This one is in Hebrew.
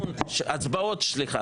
שגית, כי היו המון הצבעות שמיות.